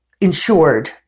insured